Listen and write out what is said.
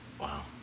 Wow